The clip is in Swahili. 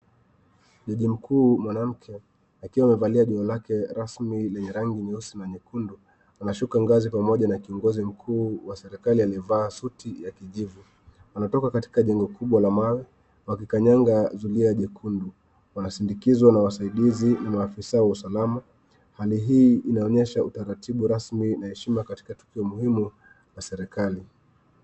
Jaji mkuu mwanamke, akiwa amevalia joho lake rasmi lenye rangi nyeusi na nyekundu, anashuka ngazi pamoja na kiongozi mkuu wa serikali aliyevaa suti ya kijivu. Wanatoka katika jengo kubwa la mawe wakikanyanga zulia jekundu. Wanasindikizwa na wasaidizi na maafisa wa usalama. Hali hii inaonyesha utaratibu rasmi na heshima katika tukio muhimu la serikali.